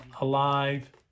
Alive